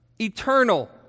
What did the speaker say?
eternal